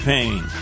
Pain